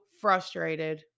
frustrated